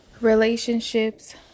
Relationships